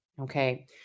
okay